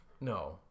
No